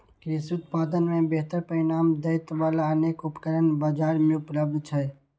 कृषि उत्पादन मे बेहतर परिणाम दै बला अनेक उपकरण बाजार मे उपलब्ध छै